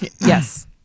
Yes